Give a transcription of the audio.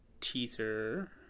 teaser